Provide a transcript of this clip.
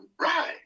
right